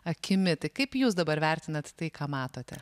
akimi tai kaip jūs dabar vertinat tai ką matote